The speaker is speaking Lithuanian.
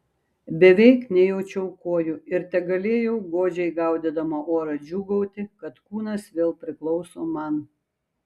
beveik nejaučiau kojų ir tegalėjau godžiai gaudydama orą džiūgauti kad kūnas vėl priklauso man